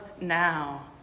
now